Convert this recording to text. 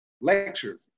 lecture